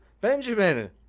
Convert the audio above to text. Benjamin